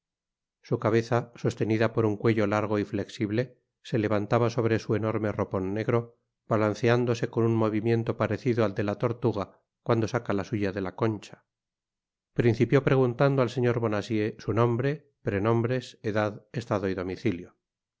su cabeza sostenida por un cuello largo y flexible se levantaba sobre su enorme ropon negro balanceándose con un movimiento parecido al de laiortuga cuando saca la suya de la concha principió preguntando al señor bonacieux su nombre prenombres edad estado y domicilio